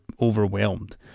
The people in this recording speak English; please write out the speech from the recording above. overwhelmed